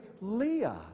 Leah